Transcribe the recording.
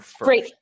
great